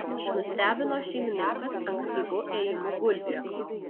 nustebino šeimininkas ankstyvu ėjimu gulti